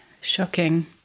Shocking